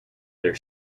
their